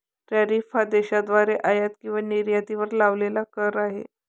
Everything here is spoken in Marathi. टॅरिफ हा देशाद्वारे आयात किंवा निर्यातीवर लावलेला कर आहे